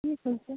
ٹھیٖک حظ چھُ